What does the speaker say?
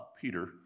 Peter